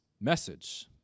message